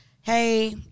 Hey